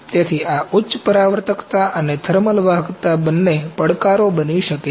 તેથી આ ઉચ્ચ પરાવર્તકતા અને થર્મલ વાહકતા બંને પડકારો બની શકે છે